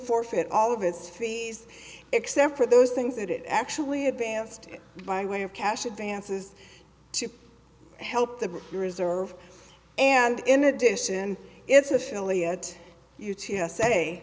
forfeit all of its fees except for those things that it actually advanced by way of cash advances to help the reserve and in addition its affiliate u